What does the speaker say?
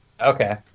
okay